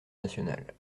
nationale